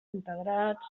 integrats